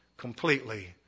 completely